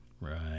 Right